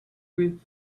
with